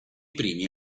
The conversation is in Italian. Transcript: primi